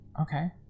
okay